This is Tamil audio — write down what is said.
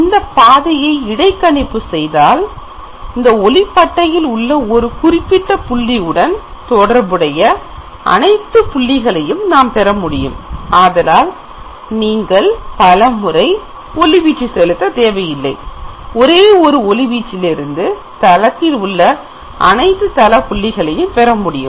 இந்தப் பாதையை இடைக்கணிப்பு செய்தால் இந்த ஒளி பட்டையில் உள்ள ஒரு குறிப்பிட்ட புள்ளியுடன் தொடர்புடைய அனைத்து புள்ளிகளையும் நாம் பெற முடியும் ஆதலால் நீங்கள் பலமுறை ஒளிவீச்சு செலுத்தத் தேவையில்லை ஒரே ஒரு ஒளி வீச்சிலிருந்து தளத்தில் உள்ள அனைத்து தள புள்ளிகளையும் பெற முடியும்